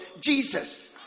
Jesus